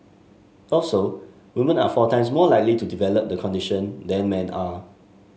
also woman are four times more likely to develop the condition than men are